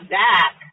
back